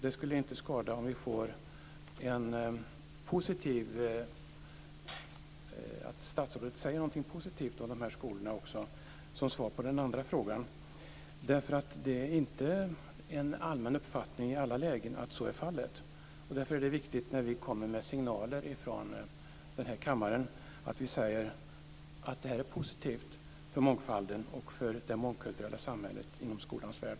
Det skulle inte skada om statsrådet säger någonting positivt om de här skolorna också som svar på den andra frågan. Det är inte en allmän uppfattning i alla lägen att så är fallet. Därför är det viktigt, när vi kommer med signaler från den här kammaren, att vi säger att det här är positivt för mångfalden och för det mångkulturella samhället inom skolans värld.